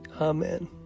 Amen